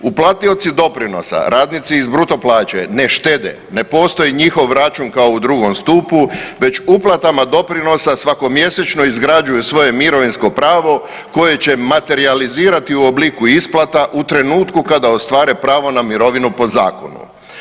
Uplatioci doprinosa, radnici iz bruto plaće ne štete, ne postoji njihov račun kao u drugom stupu već uplatama doprinosa svako mjesečno izgrađuju svoje mirovinsko pravo koje će materijalizirati u obliku isplata u trenutku kada ostvare pravo na mirovinu po zakonu.